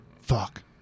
fuck